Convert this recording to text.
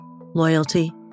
loyalty